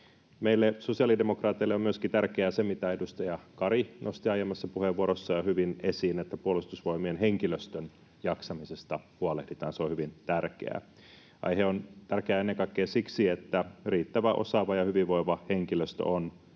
Meille sosiaalidemokraateille on myöskin tärkeää se, mitä edustaja Kari nosti aiemmassa puheenvuorossaan hyvin esiin, että Puolustusvoimien henkilöstön jaksamisesta huolehditaan. Se on hyvin tärkeää. Aihe on tärkeä ennen kaikkea siksi, että riittävän osaava ja hyvinvoiva henkilöstö on